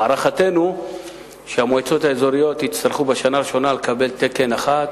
הערכתנו שהמועצות האזוריות יצטרכו בשנה הראשונה לקבל תקן אחד,